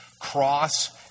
cross